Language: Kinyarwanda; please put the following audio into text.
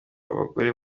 abagore